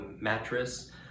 mattress